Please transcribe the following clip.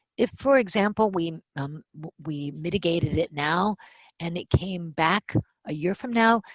if, for example, we um we mitigated it now and it came back a year from now,